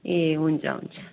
ए हुन्छ हुन्छ